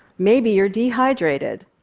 maybe you're dehydrated.